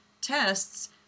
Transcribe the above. tests